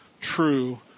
true